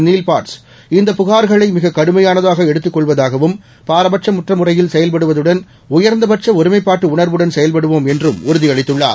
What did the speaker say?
Neil Botts இந்தப் புகார்களை மிகக் கடுமையானதாக எடுத்துக் கொள்வதாகவும் பாரபட்சமற்ற முறையில் செயல்படுவதுடன் உயர்ந்தபட்ச உணர்வுடன் செயல்படுவோம் என்றும் உறுதியளித்துள்ளார்